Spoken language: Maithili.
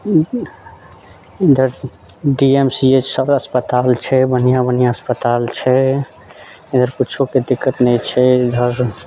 इधर डी एम सी एच सब अस्पताल छै बन्हिआँ बन्हिआँ अस्पताल छै इधर कुछोके दिक्कत नहि छै इधर